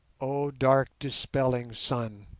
oh dark-dispelling sun!